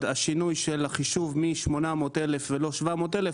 השינוי של החישוב מ-800 אלף ולא 700 אלף,